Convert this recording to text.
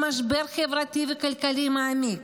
במשבר חברתי וכלכלי מעמיק,